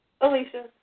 Alicia